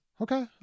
Okay